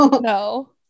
No